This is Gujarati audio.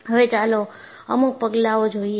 હવે ચાલો અમુક પગલાંઓ જોઈએ